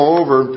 over